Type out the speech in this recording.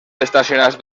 estacionats